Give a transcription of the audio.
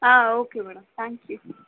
ah okay madam thank you